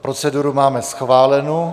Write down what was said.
Proceduru máme schválenu.